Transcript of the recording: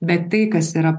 bet tai kas yra